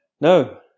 No